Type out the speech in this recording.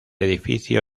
edificio